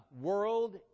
world